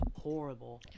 horrible